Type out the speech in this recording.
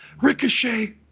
Ricochet